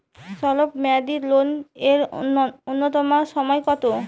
স্বল্প মেয়াদী লোন এর নূন্যতম সময় কতো?